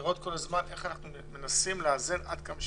לראות איך אנחנו מנסים לאזן, עד כמה שאפשר.